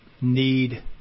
need